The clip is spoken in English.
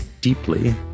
deeply